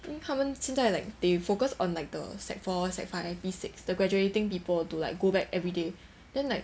因为他们现在 like they focus on like the sec four sec five P six the graduating people to like go back everyday then like